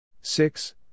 six